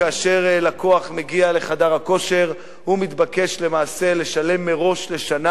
כאשר לקוח מגיע לחדר הכושר הוא מתבקש למעשה לשלם מראש לשנה.